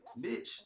bitch